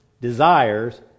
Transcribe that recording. desires